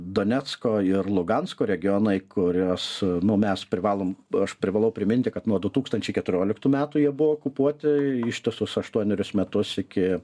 donecko ir lugansko regionai kuriuos mes privalom aš privalau priminti kad nuo du tūkstančiai keturioliktų metų jie buvo okupuoti ištisus aštuonerius metus iki